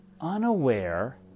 unaware